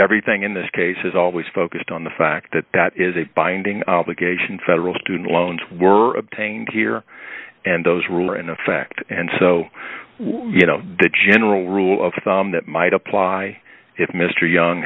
everything in this case has always focused on the fact that that is a binding obligation federal student loans were obtained here and those rules are in effect and so you know the general rule of thumb that might apply if mr young